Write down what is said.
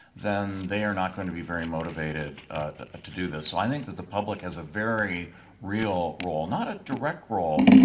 then they are not going to be very motivated to do this. and i think that the public has a very real role, not a direct role,